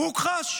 הוא הוכחש.